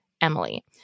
Emily